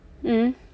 mm